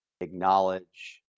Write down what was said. acknowledge